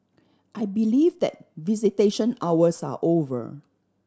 I believe that visitation hours are over